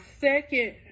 second